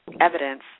evidence